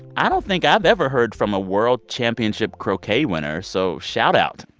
i don't think i've ever heard from a world championship croquet winner, so shout-out